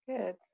Good